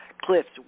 cliffs